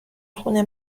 خونه